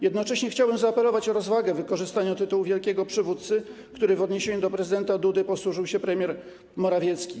Jednocześnie chciałbym zaapelować o rozwagę w wykorzystywaniu tytułu wielkiego przywódcy, którym w odniesieniu do prezydenta Dudy posłużył się premier Morawiecki.